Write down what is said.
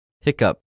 hiccup